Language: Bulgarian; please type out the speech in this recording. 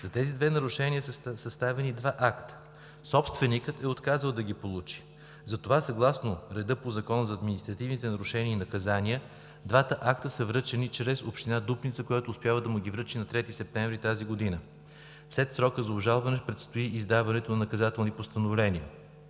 За тези две нарушения са съставени два акта. Собственикът е отказал да ги получи. Затова съгласно реда по Закона за административните нарушения и наказания двата акта са връчени чрез община Дупница, която успява да му ги връчи на 3 септември тази година. След срока за обжалване предстои издаването на наказателни постановления.